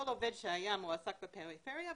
כל עובד שהיה מועסק בפריפריה,